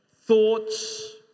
thoughts